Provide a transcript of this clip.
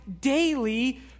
daily